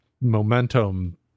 momentum